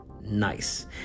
Nice